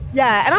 yeah. and